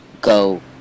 go